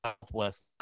Southwest